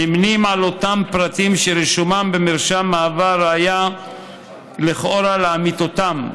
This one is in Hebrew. נמנים עם אותם פרטים שרישומם במרשם מהווה ראייה לכאורה לאמיתותם,